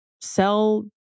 sell